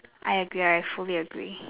I agree I fully agree